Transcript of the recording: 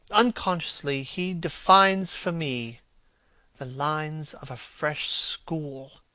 unconsciously he defines for me the lines of a fresh school,